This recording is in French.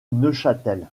neuchâtel